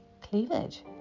cleavage